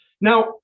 Now